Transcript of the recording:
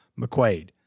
McQuaid